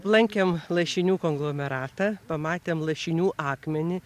lankėm lašinių konglomeratą pamatėm lašinių akmenį